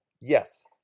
yes